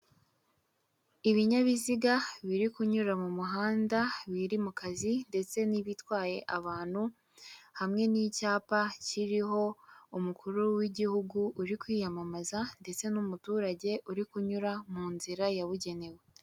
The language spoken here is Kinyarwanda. Ibinyabiziga biri kunyura mu muhanda biri mu kazi ndetse n'ibitwaye abantu hamwe n'icyapa kiriho umukuru w'igihugu uri kwiyamamaza ndetse n'umuturage uri kunyura mu nzira yabugenewe.